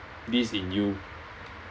this in you